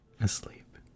asleep